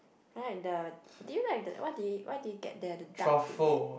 right the do you like the what did you what did you get there the duck is it